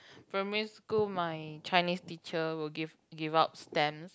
primary school my Chinese teacher will give give out stamps